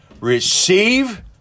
receive